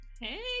Hey